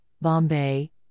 Bombay